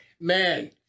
man